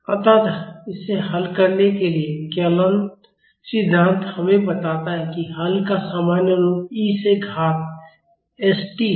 अतः इसे हल करने के लिए कलन सिद्धांत हमें बताता है कि हल का सामान्य रूप e से घात s t है